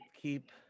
Keep